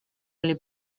oli